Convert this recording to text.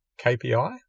KPI